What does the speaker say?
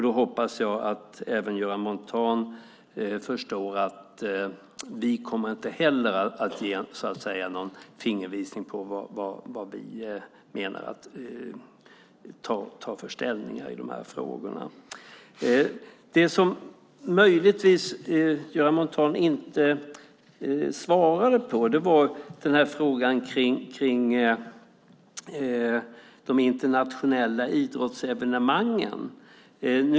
Då hoppas jag att även Göran Montan förstår att inte heller vi kommer att ge någon fingervisning på vad vi tänker inta för ställning i dessa frågor. Det Göran Montan möjligtvis inte svarade på var frågan om de internationella idrottsevenemangen.